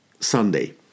Sunday